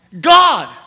God